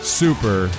super